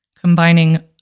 combining